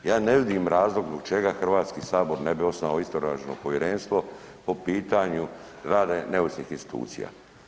Ja ne vidim razlog zbog čega Hrvatski sabor ne bi osnovao istražno povjerenstvo po pitanju rada neovisnih institucija.